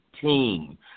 team